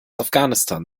afghanistan